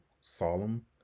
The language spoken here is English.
solemn